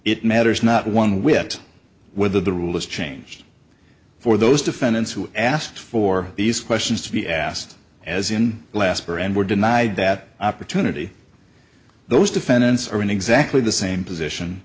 it matters not one whit whether the rule is changed for those defendants who asked for these questions to be asked as in last for and were denied that opportunity those defendants are in exactly the same position